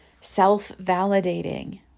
self-validating